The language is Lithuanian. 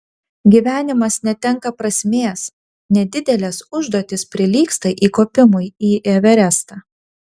gyvenimas netenka prasmės nedidelės užduotys prilygsta įkopimui į everestą